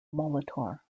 molitor